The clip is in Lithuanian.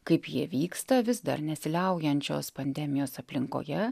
kaip jie vyksta vis dar nesiliaujančios pandemijos aplinkoje